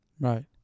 Right